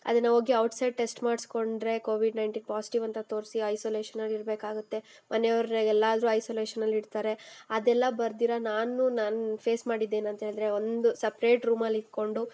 ಅದನ್ನು ಹೋಗಿ outside test ಮಾಡಿಸ್ಕೊಂಡ್ರೆ ಕೋವಿಡ್ ನೈನ್ಟೀನ್ ಪಾಸಿಟಿವ್ ಅಂತ ತೋರಿಸಿ ಐಸೋಲೇಷನಾಗೆ ಇಡಬೇಕಾಗುತ್ತೆ ಮನೆಯವರು ಎಲ್ರನ್ನೂ ಐಸೋಲೇಷನಲ್ಲಿ ಇಡ್ತಾರೆ ಅದೆಲ್ಲ ಬರ್ದಿರ ನಾನು ನಾನು ಫೇಸ್ ಮಾಡಿದ್ದು ಏನಂತ ಹೇಳಿದರೆ ಒಂದು ಸಪ್ರೇಟ್ ರೂಮಲ್ಲಿ ಇದ್ದುಕೊಂಡು